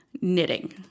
knitting